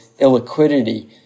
illiquidity